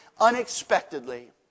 unexpectedly